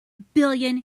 billion